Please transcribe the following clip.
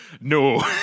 No